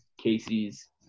Casey's